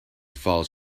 falls